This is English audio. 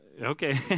Okay